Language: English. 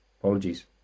Apologies